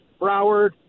Broward